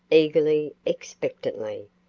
eagerly, expectantly,